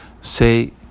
Say